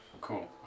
cool